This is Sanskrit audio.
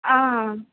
आम्